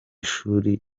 shuri